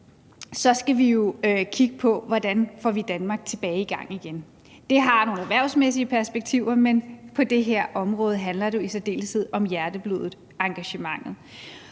skal vi jo kigge på, hvordan vi får Danmark tilbage og i gang igen. Det har nogle erhvervsmæssige perspektiver, men på det her område handler det jo i særdeleshed om hjerteblodet og engagementet.